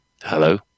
hello